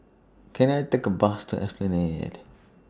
Can I Take A Bus to Esplanade